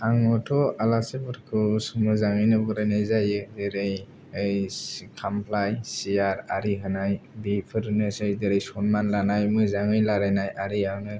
आंहाथ' आलासिफोरखौ मोजाङैनो बरायनाय जायो जेरै खामफ्लाय सियार आरि होनाय बेफोरनोसै जेरै सनमान लानाय मोजाङै रालायनाय आरिआनो